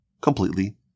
completely